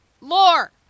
Lore